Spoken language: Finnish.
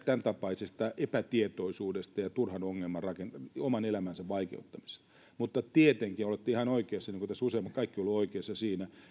tämäntapaisesta epätietoisuudesta ja turhan ongelman rakentamisesta oman elämänsä vaikeuttamisesta mutta tietenkin olette ihan oikeassa niin kuin tässä kaikki ovat olleet oikeassa siinä